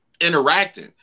interacting